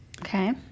Okay